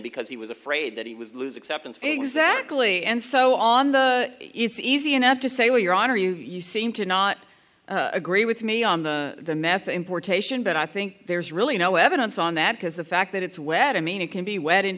because he was afraid that he was lose except and exactly and so on the it's easy enough to say well your honor you seem to not agree with me on the method importation but i think there's really no evidence on that because the fact that it's wet i mean it can be wet in